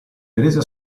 teresa